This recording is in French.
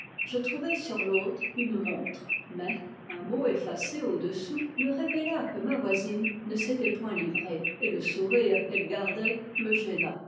je trouvai sur l'autre une montre mais un mot effacé au-dessous me révéla que ma voisine ne s'était point livrée et le sourire qu'elle gardait me gêna